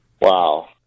Wow